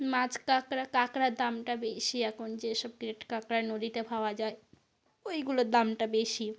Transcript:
মাছ কাঁকড়া কাঁকড়ার দামটা বেশি এখন যেসব ক্লেট কাঁকড়া নদীতে ফাওয়া যায় ওইগুলোর দামটা বেশি